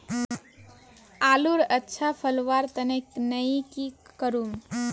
आलूर अच्छा फलवार तने नई की करूम?